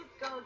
go